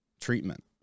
treatment